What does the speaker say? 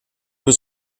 was